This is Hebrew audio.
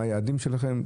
מה היעדים שלכם.